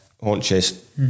haunches